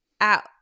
out